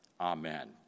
Amen